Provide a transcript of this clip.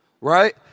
Right